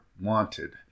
wanted